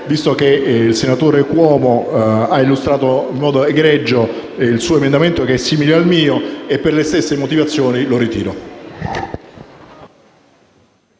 visto che il senatore Cuomo ha illustrato in modo egregio il suo che è identico al mio. E, per le stesse motivazioni, lo ritiro.